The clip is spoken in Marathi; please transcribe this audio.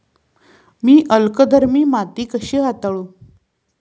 मी अल्कधर्मी माती कशी हाताळू?